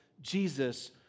Jesus